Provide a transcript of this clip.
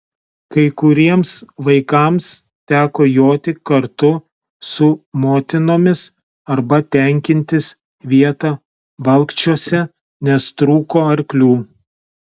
kai kuriems vaikams teko joti kartu su motinomis arba tenkintis vieta valkčiuose nes trūko arklių